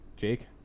Jake